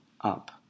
up